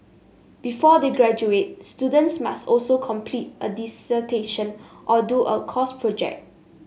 before they graduate students must also complete a dissertation or do a course project